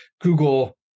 Google